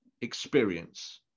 experience